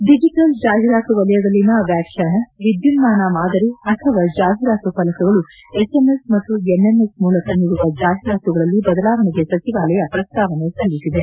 digital ಜಾಹಿರಾತು ವಲಯದಲ್ಲಿನ ವ್ಯಖ್ಯಾನ ವಿದ್ಯುನ್ಮಾನ ಮಾದರಿ ಅಥವ ಜಾಹಿರಾತು ಫಲಕಗಳು ಎಸ್ಎಂಎಸ್ ಮತ್ತು ಎಂಎಂಎಸ್ ಮೂಲಕ ನೀಡುವ ಜಾಹಿರಾತುಗಳಲ್ಲಿ ಬದಲಾವಣೆಗೆ ಸಚಿವಾಲಯ ಪ್ರಸ್ತಾವನೆ ಸಲ್ಲಿಸಿದೆ